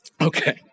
Okay